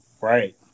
Right